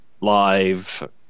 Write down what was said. Live